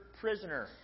prisoner